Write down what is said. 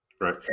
Right